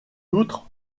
outre